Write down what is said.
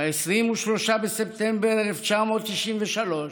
ב-23 בספטמבר 1993,